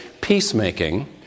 peacemaking